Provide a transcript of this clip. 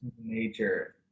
Nature